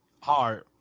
Hard